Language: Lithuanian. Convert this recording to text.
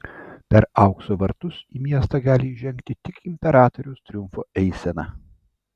per aukso vartus į miestą gali įžengti tik imperatoriaus triumfo eisena